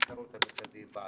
בכיכרות המרכזיות בערים.